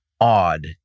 odd